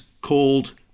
called